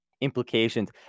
implications